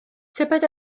tybed